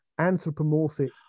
anthropomorphic